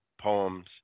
poems